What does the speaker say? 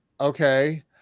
Okay